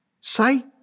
say